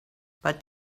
but